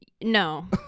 No